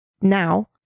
Now